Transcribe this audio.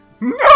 No